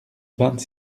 vingt